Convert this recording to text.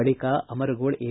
ಬಳಿಕ ಅಮರಗೋಳ ಎ